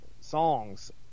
songs